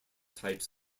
types